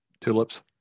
tulips